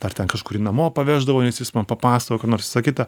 ar ten kažkur jį namo paveždavau nes jis man papasakodavo ką nors kita